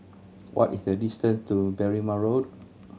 what is the distance to Berrima Road